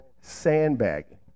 sandbagging